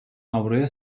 avroya